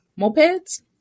mopeds